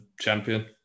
champion